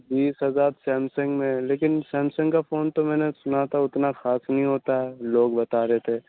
بیس ہزار سیمسنگ میں ہے لیکن سیمسنگ کا فون تو میں نے سنا تھا اتنا خاص نہیں ہوتا ہے لوگ بتا رہے تھے